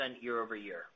year-over-year